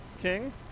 King